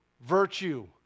virtue